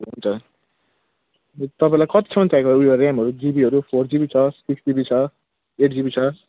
हुन्छ यो तपाईँलाई कतिसम्म चाहिएको उ यो रेमहरू जिबीहरू फोर जिबी छ सिक्स जिबी छ एट जिबी छ